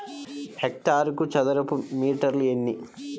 హెక్టారుకు చదరపు మీటర్లు ఎన్ని?